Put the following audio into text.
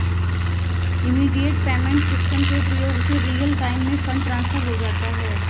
immediate payment system के प्रयोग से रियल टाइम में फंड ट्रांसफर हो जाता है